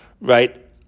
right